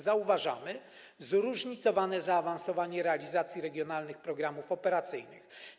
Zauważamy zróżnicowane zaawansowanie realizacji regionalnych programów operacyjnych.